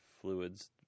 fluids